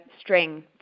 string